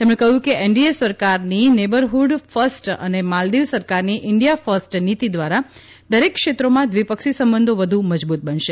તેમણે કહ્યું કે એનડીએ સરકારની નેબરહ્ડ ફર્સ્ટ અને માલદીવ સરકારની ઇન્ડિયા ફર્સ્ટ નીતી દ્વારા દરેક ક્ષેત્રોમાં દ્વિપક્ષી સંબંધો વધુ મજબૂત બનશે